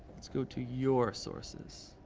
let's go to your sources.